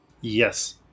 Yes